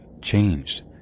changed